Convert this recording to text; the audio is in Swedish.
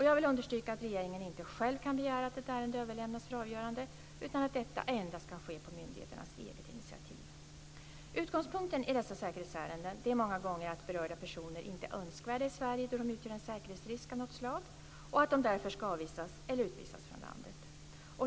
Jag vill understryka att regeringen inte själv kan begära att ett ärende överlämnas för avgörande, utan att detta endast kan ske på myndigheternas eget initiativ. Utgångspunkten i dessa säkerhetsärenden är många gånger att berörda personer inte är önskvärda i Sverige då de utgör en säkerhetsrisk av något slag, och att de därför ska avvisas eller utvisas från landet.